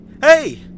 Hey